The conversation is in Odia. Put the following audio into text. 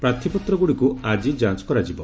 ପ୍ରର୍ଥୀପତ୍ରଗୁଡ଼ିକୁ ଆଜି ଯାଞ୍ଚ୍ କରାଯିବ